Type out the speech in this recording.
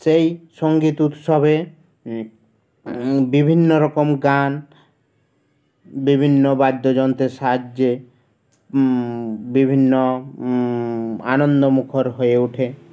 সেই সঙ্গীত উৎসবে বিভিন্ন রকম গান বিভিন্ন বাদ্যযন্তের সাহায্যে বিভিন্ন আনন্দমুখর হয়ে ওঠে